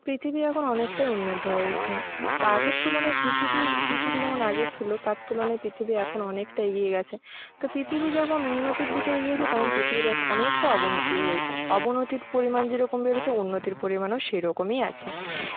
পৃথিবী এখন অনেকটাই উন্নত হয়েছে তা আগের তুলনায় পৃথিবী পৃথিবী যেমন আগে ছিলো তার তুলনায় পৃথিবী এখন অনেকটা এগিয়ে গেছে তো পৃথিবী যেমন উন্নতির দিকে এগিয়েছে তেমন পৃথিবীর অনেকটা অবনতিও হয়েছে অবনতির পরিমাণ যেরকম বেড়েছে উন্নতির পরিমাণও সেরকমই আছে